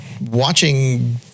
watching